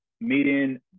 meeting